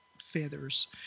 feathers